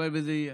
הלוואי שזה יהיה,